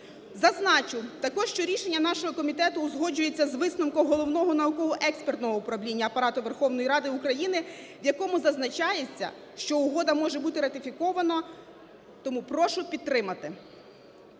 Зазначу також, що рішення нашого комітету узгоджується із висновком Головного науково-експертного управління Апарату Верховної Ради України, в якому зазначається, що угода може бути ратифікована. Тому прошу підтримати.